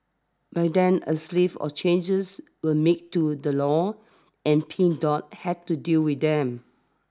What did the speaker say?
by then a slave of changes were made to the law and Pink Dot had to deal with them